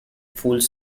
fools